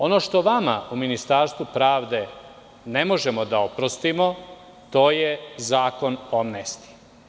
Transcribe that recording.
Ono što vama u ministarstvu pravde ne možemo da oprostimo, to je Zakon o amnestiji.